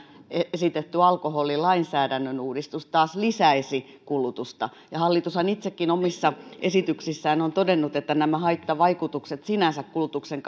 esitetty alkoholilainsäädännön uudistus taas lisäisi kulutusta hallitushan itsekin omissa esityksissään on todennut että nämä haittavaikutukset sinänsä kulutuksen